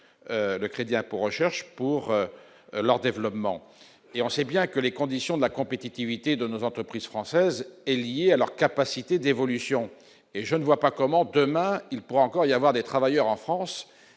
le crédit impôt recherche pour leur développement et on sait bien que les conditions de la compétitivité de nos entreprises françaises est lié à leur capacité d'évolution et je ne vois pas comment demain il pourrait encore y avoir des travailleurs en France